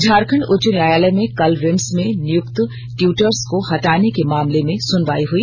झारखंड उच्च न्यायालय में कल रिम्स में नियुक्त ट्यूटर्स को हटाने के मामले में सुनवाई हुई